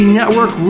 Network